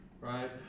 right